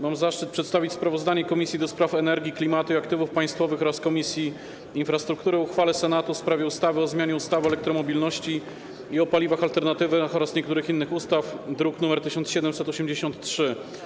Mam zaszczyt przedstawić sprawozdanie Komisji do Spraw Energii, Klimatu i Aktywów Państwowych oraz Komisji Infrastruktury o uchwale Senatu w sprawie ustawy o zmianie ustawy o elektromobilności i paliwach alternatywnych oraz niektórych innych ustaw, druk nr 1783.